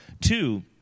Two